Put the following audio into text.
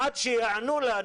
עד שיענו לנו